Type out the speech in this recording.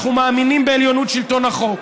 אנחנו מאמינים בעליונות שלטון החוק,